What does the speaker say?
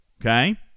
Okay